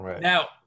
Now